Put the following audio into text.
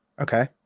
Okay